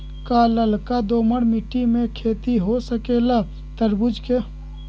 का लालका दोमर मिट्टी में खेती हो सकेला तरबूज के?